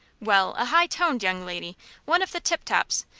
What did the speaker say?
well, a high-toned young lady one of the tip-tops,